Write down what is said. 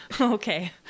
Okay